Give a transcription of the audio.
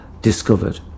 discovered